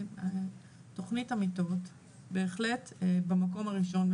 תוכנית המיטות בהחלט במקום הראשון,